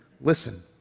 listen